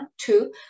two